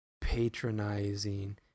patronizing